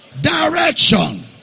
direction